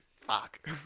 fuck